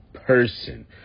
person